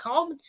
Calm